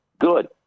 good